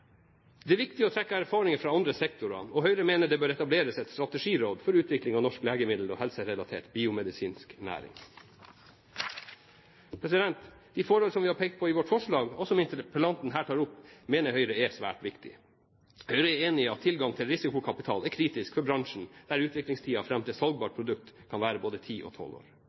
Det er viktig å trekke erfaringer fra andre sektorer, og Høyre mener det bør etableres et strategiråd for utvikling av norsk legemiddel- og helserelatert biomedisinsk næring. De forhold som vi har pekt på i vårt forslag, og som interpellanten her tar opp, mener Høyre er svært viktige. Høyre er enig i at tilgang til risikokapital er kritisk for bransjen, der utviklingstiden fram til salgbart produkt kan være både ti og tolv år.